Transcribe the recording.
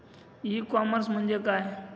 E commerce म्हणजे काय?